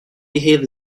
behave